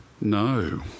No